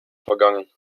vergangen